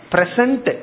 Present